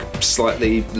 slightly